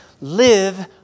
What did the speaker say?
live